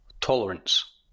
Tolerance